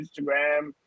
Instagram